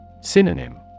Synonym